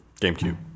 GameCube